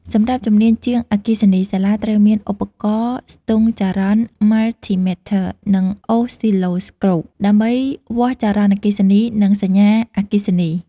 សម្រាប់ជំនាញ ជាងអគ្គិសនី សាលាត្រូវមាន ឧបករណ៍ស្ទង់ចរន្ត (Multimeters) និង អូសស៊ីឡូស្កូប (Oscilloscopes) ដើម្បីវាស់ចរន្តអគ្គិសនីនិងសញ្ញាអគ្គិសនី។